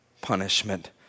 punishment